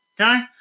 Okay